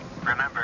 Remember